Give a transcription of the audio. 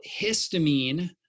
histamine